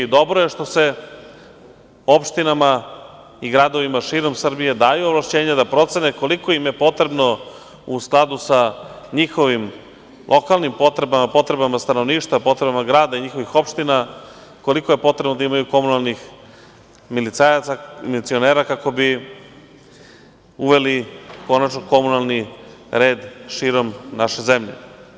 Dobro je što se opštinama i gradovima širom Srbije daju ovlašćenja da procene koliko im je potrebno u skladu sa njihovim lokalnim potrebama, potrebama stanovništva, potrebama grada, njihovih opština, da imaju milicionera kako bi uveli konačno komunalni red širom naše zemlje.